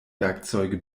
werkzeuge